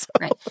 Right